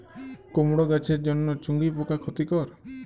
কুমড়ো গাছের জন্য চুঙ্গি পোকা ক্ষতিকর?